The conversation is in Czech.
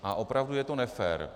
A opravdu je to nefér.